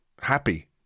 happy